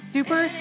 Super